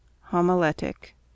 homiletic